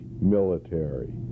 military